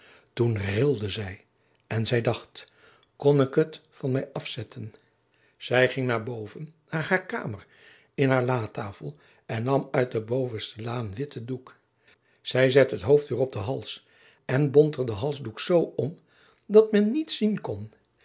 toen rilde zij en zij dacht kon ik het van mij afzetten zij ging naar boven naar haar kamer in haar latafel en nam uit de bovenste laâ een witten doek zij zette het hoofd weer op den hals en bond er den halsdoek z om dat men niets zien kon